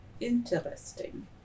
Interesting